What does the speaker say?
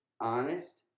honest